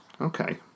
Okay